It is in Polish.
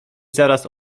zaraz